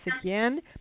again